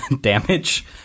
damage